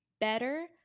better